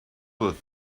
with